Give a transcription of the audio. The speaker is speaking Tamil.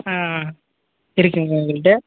ஆ ஆ இருக்குங்க எங்கள்கிட்ட